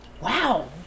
Wow